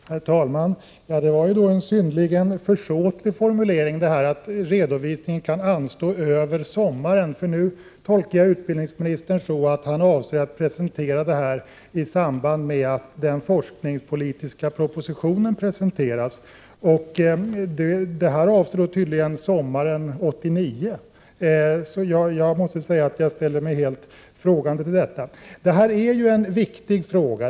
Herr talman! Det var en synnerligen försåtlig formulering att redovisningen ”kunde anstå över sommaren”, eftersom jag nu tolkar utbildningsministern så att han avser att presentera detta i samband med att den forskningspolitiska propositionen presenteras. Då avses tydligen sommaren 1989. Jag måste säga att jag ställer mig helt frågande inför detta. Detta är en viktig fråga.